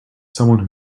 someone